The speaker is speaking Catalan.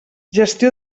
gestió